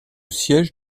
siège